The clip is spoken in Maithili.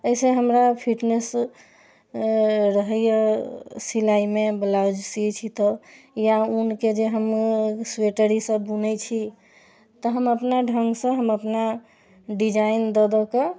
एहिसँ हमरा फिटनेस रहैया सिलाइमे ब्लाउज सियै छी तऽ या ऊनके जे हम स्वेटर ईसभ बुनै छी तऽ हम अपना ढङ्गसँ हम अपना डिजाइन दऽ दऽ कऽ